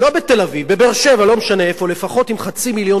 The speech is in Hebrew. לפחות עם חצי מיליון שקל מהבית כדי לקבל משכנתה.